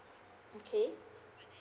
okay